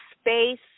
space